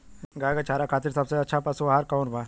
गाय के चारा खातिर सबसे अच्छा पशु आहार कौन बा?